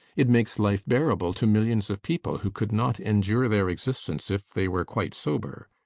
it makes life bearable to millions of people who could not endure their existence if they were quite sober.